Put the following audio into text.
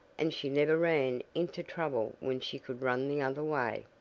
and she never ran into trouble when she could run the other way.